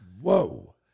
Whoa